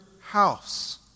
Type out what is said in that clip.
house